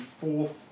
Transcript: fourth